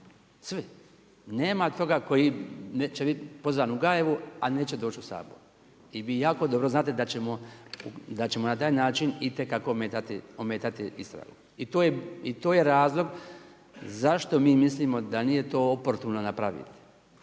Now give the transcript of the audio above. Svi, nema toga koji neće bit pozvan u Gajevu, a neće doć u Sabor. I vi jako dobro znate da ćemo na taj način itekako ometati istragu. I to je razlog zašto mi mislimo da to nije oportuno napraviti,